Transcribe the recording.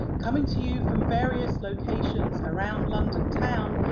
coming to you from various locations around london town,